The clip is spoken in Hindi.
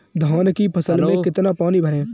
धान की फसल में कितना पानी भरें?